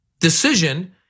decision